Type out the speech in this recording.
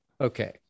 Okay